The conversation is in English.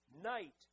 Night